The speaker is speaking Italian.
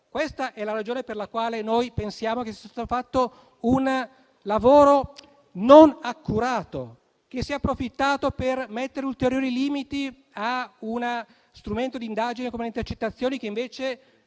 Questa è la ragione per la quale pensiamo che sia stato fatto un lavoro non accurato e che si sia approfittato per porre ulteriori limiti a uno strumento d'indagine come la captazione dei